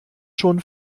schon